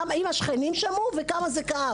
האם השכנים שמעו וכמה זה כאב.